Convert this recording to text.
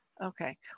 Okay